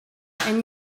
and